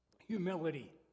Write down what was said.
humility